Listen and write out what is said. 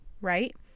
right